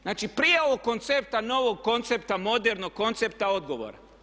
Znači, prije ovog koncepta, novog koncepta modernog koncepta odgovora.